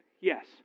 Yes